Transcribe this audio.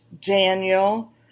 Daniel